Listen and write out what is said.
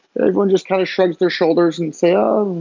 everyone just kind of shrugs their shoulders and say, oh,